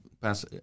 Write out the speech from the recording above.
pass